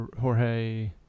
Jorge